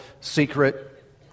secret